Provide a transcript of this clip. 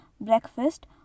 breakfast